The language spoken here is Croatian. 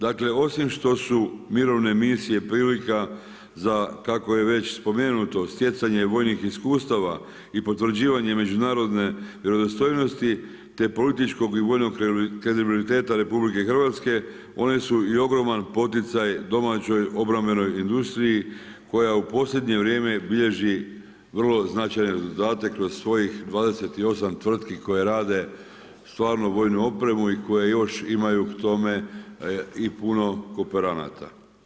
Dakle, osim što su mirovne misije prilika za kako je već spomenuto stjecanje vojnih iskustava i potvrđivanje međunarodne vjerodostojnosti, te političkog i vojnog kredibiliteta RH one su i ogroman poticaj domaćoj obrambenoj industriji koja u posljednje vrijeme bilježi vrlo značajne rezultate kroz svojih 28 tvrtki koje rade stvarno vojnu opremu i koje još imaju k tome i puno kooperanata.